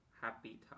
happy